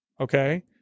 Okay